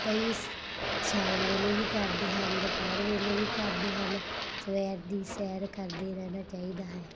ਕਈ ਸ਼ਾਮ ਵੇਲੇ ਵੀ ਕਰਦੇ ਹਨ ਦੁਪਹਿਰ ਵੇਲੇ ਵੀ ਕਰਦੇ ਹਨ ਸਵੇਰ ਦੀ ਸੈਰ ਕਰਦੇ ਰਹਿਣਾ ਚਾਹੀਦਾ ਹੈ